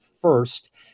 first